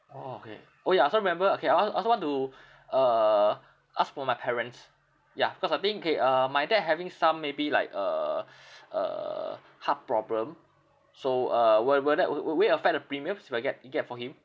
orh okay orh ya so I remember okay I al~ I also want to uh ask for my parents ya cause I think K uh my dad having some maybe like uh uh heart problem so uh will will that wou~ wou~ would it affect the premiums if I get uh get for him